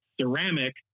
ceramic